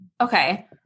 Okay